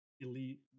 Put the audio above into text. elite